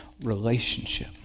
relationship